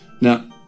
Now